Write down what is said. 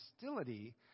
hostility